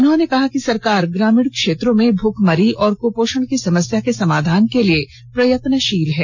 उन्होंने कहा कि सरकार ग्रामीण क्षेत्रों में भूखमरी और कुपोषण की समस्या के समाधान के लिए प्रयत्नषील है